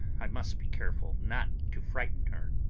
i must be careful not to frighten her.